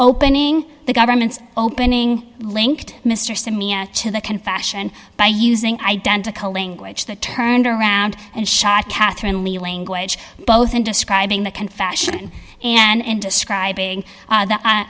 opening the government's opening linked mr simeon to the can fashion by using identical language that turned around and shot catherine lee language both in describing the confession and describing the